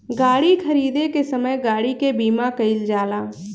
गाड़ी खरीदे के समय गाड़ी के बीमा कईल जाला